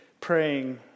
praying